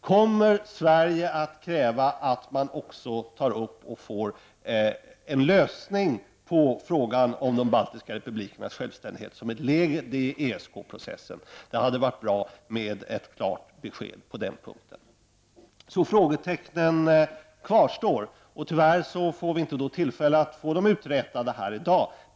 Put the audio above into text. Kommer Sverige att kräva att man tar upp och får en lösning också på frågan om de baltiska republikernas självständighet som ett led i ESK-processen? Det hade varit värdefullt med ett klart besked på den punkten. Således kvarstår frågetecknen. Tyvärr finns det inget tillfälle till att få dem uträtade här i dag.